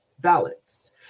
ballots